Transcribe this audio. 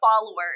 followers